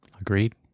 Agreed